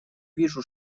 вижу